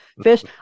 fish